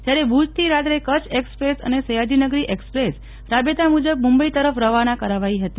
જ્યારે ભૂજથી રાત્રે કચ્છ એકસપ્રેસ અને સયાજીનગરી એકસપ્રેસ રાબેતા મુજબ મુંબઈ તરફ રવાના કરાવાઈ હતી